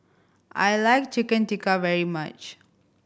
I like Chicken Tikka very much